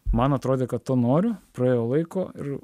man atrodė kad to noriu praėjo laiko ir